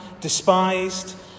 despised